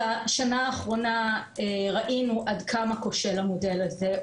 בשנה האחרונה ראינו עד כמה כושל המודל הזה.